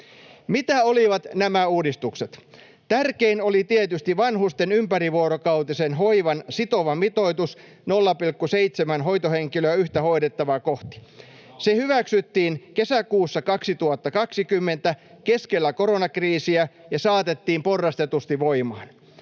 Mitä olivat nämä uudistukset? Tärkein oli tietysti vanhusten ympärivuorokautisen hoivan sitova mitoitus 0,7 hoitohenkilöä yhtä hoidettavaa kohti. Se hyväksyttiin kesäkuussa 2020 keskellä koronakriisiä ja saatettiin porrastetusti voimaan.